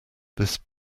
this